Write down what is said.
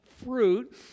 fruit